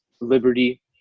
Liberty